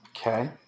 Okay